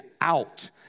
out